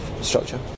structure